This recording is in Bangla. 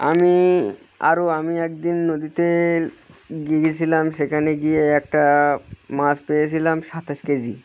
আমি আরও আমি একদিন নদীতে গিয়েছিলাম সেখানে গিয়ে একটা মাছ পেয়েছিলাম সাতাশ কেজি